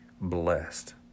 blessed